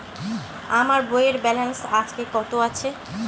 আমার বইয়ের ব্যালেন্স আজকে কত আছে?